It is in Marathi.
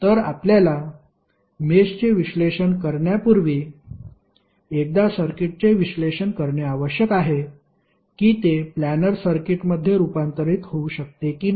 तर आपल्याला मेषचे विश्लेषण करण्यापूर्वी एकदा सर्किटचे विश्लेषण करणे आवश्यक आहे की ते प्लानर सर्किटमध्ये रूपांतरित होऊ शकते की नाही